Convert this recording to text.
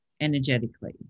energetically